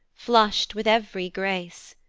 flush'd with ev'ry grace.